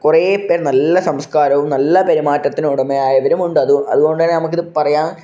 കുറേ പേര് നല്ല സംസ്കാരവും നല്ല പെരുമാറ്റത്തിന് ഉടമയായവരും ഉണ്ട് അതുകൊണ്ട് അതുകൊണ്ടാണ് നമുക്കിത് പറയാന്